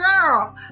girl